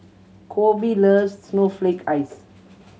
Coby loves snowflake ice